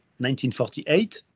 1948